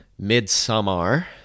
Midsummer